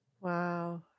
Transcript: Wow